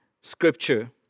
scripture